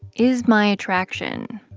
is my attraction,